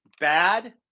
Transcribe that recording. bad